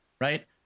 Right